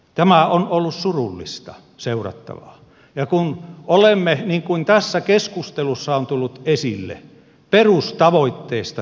tämä on ollut surullista seurattavaa kun olemme niin kuin tässä keskustelussa on tullut esille perustavoitteesta samaa mieltä